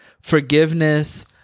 forgiveness